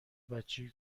بچه